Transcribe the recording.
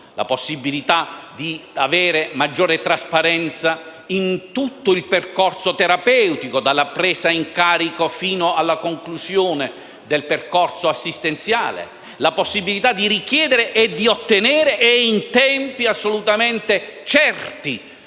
La possibilità di avere maggiore trasparenza in tutto il percorso terapeutico, dalla presa in carico fino alla conclusione del percorso assistenziale, la possibilità di richiedere e di ottenere e in tempi assolutamente certi